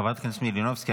חברת הכנסת מלינובסקי,